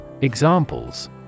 Examples